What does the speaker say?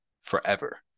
forever